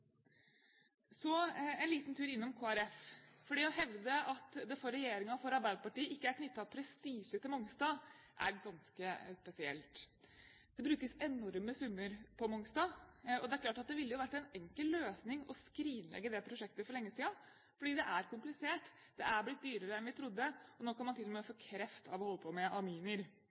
Så en liten tur innom Kristelig Folkeparti. Det å hevde at det for regjeringen og for Arbeiderpartiet ikke er knyttet prestisje til Mongstad, er ganske spesielt. Det brukes enorme summer på Mongstad. Det er klart at det ville vært en enkel løsning å skrinlegge dette prosjektet for lenge siden, fordi det er komplisert, og fordi det er blitt dyrere enn vi trodde. Og nå kan man til og med få kreft av å holde på med aminer.